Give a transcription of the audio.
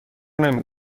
نمی